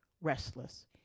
restless